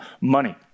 money